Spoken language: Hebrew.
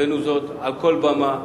הבאנו זאת על כל במה,